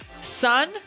son